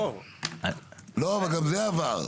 גם זה עבר.